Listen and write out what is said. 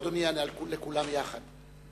אדוני יענה לכולם יחד.